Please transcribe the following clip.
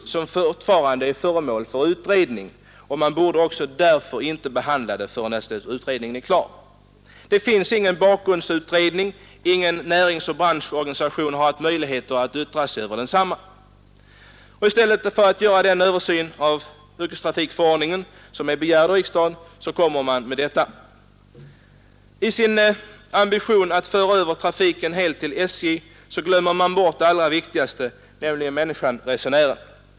Trafiken med buss är fortfarande föremål för utredning, varför man inte borde behandlat detta förrän utredningen är klar. Det finns ingen bakgrundsutredning, ingen näringseller branschorganisation har haft möjlighet att yttra sig. I stället för att göra den översyn av yrkestrafikförordningen som är begärd av riksdagen kommer man med detta. I sin ambition att helt föra över trafiken till SJ glömmer man bort det viktigaste, nämligen människan-resenären.